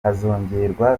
hazongerwa